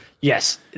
Yes